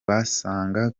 basanga